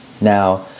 Now